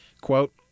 quote